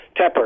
Tepper